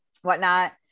whatnot